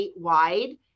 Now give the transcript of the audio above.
statewide